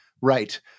Right